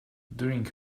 during